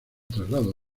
traslado